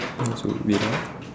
that's weird wait ah